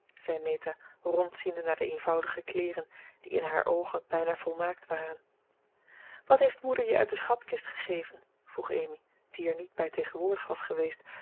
zei meta rondziende naar de eenvoudige kleeren die in haar oogen bijna volmaakt waren wat heeft moeder je uit de schatkist gegeven vroeg amy die er niet bij tegenwoordig was geweest